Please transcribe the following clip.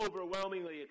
overwhelmingly